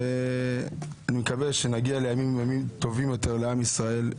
אני מקווה שנגיע לימים טובים יותר לעם ישראל.